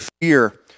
fear